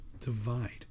divide